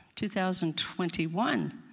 2021